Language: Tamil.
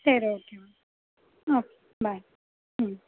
சரி ஓகே மேம் ஓகே பாய் ம்